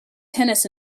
tennis